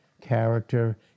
character